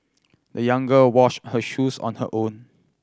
the young girl washed her shoes on her own